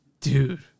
Dude